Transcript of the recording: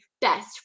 best